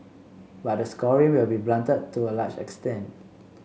but the scoring will be blunted to a large extent